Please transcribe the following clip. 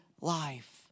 life